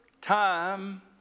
time